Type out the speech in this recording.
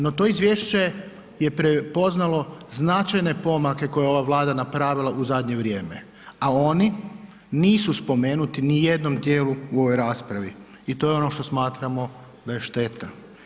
No to izvješće je prepoznalo značajne korake koje je ova Vlada napravila u zadnje vrijeme a oni nisu spomenuti ni u jednom dijelu u ovoj raspravi i to je ono što smatramo da je šteta.